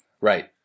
Right